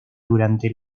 durante